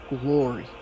glory